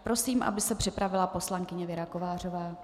Prosím, aby se připravila poslankyně Věra Kovářová.